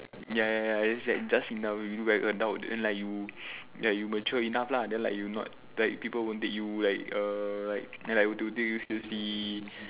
ya ya ya it's like just enough you look like an adult and like you ya you mature enough lah then like you not like people won't take you like err like then like won't take you seriously